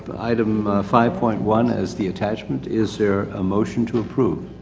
but item five point one is the attachment. is there a motion to approve?